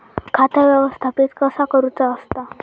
खाता व्यवस्थापित कसा करुचा असता?